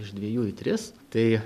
iš dviejų į tris tai